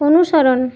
অনুসরণ